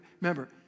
remember